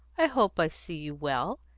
i hope i see you well,